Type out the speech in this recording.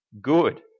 good